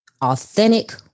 authentic